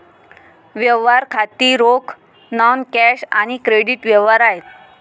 व्यवहार खाती रोख, नॉन कॅश आणि क्रेडिट व्यवहार आहेत